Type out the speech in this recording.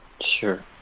Sure